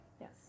Yes